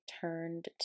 turned